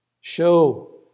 show